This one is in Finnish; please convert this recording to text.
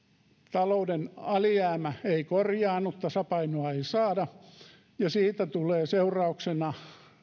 talouden alijäämä ei korjaannu tasapainoa ei saada siitä tulee seurauksena